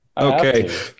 Okay